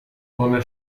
ohne